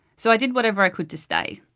so i did whatever i could to stay.